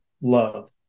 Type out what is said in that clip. love